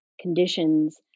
conditions